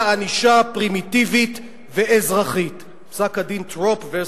ענישה פרימיטיבית ואכזרית פסק-הדין Trops v.